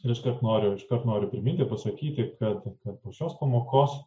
iškart noriu iškart noriu priminti pasakyti kad kad po šios pamokos